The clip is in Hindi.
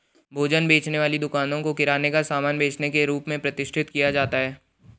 भोजन बेचने वाली दुकानों को किराने का सामान बेचने के रूप में प्रतिष्ठित किया जाता है